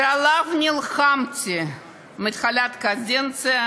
שעליו נלחמתי מתחילת הקדנציה,